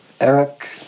Eric